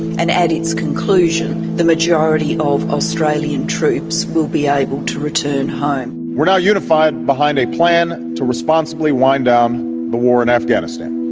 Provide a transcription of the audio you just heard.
and at its conclusion the majority of australian troops will be able to return home. we're now unified behind a plan to responsibly wind down the war in afghanistan.